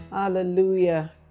Hallelujah